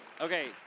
Okay